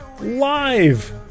Live